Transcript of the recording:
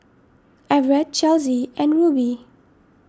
Evertt Chelsi and Rubie